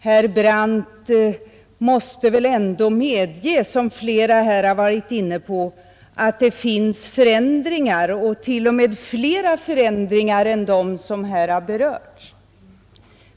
Herr Brandt måste väl ändå medge, som flera talare här har varit inne på, att det finns förändringar och t.o.m. flera förändringar än de som här har berörts.